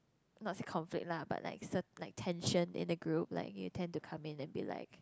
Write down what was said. not say conflict lah but like cert~ like tension in the group like you tend to come in and be like